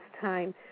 time